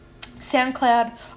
soundcloud